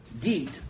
deed